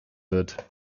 wird